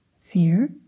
Fear